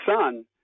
son